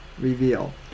reveal